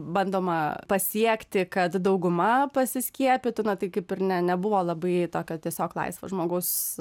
bandoma pasiekti kad dauguma pasiskiepytų na tai kaip ir ne nebuvo labai to kad tiesiog laisvo žmogaus